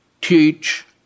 teach